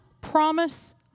promise